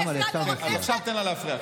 אז עכשיו תן לה להפריע.